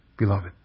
Beloved